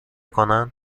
کنن